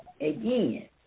again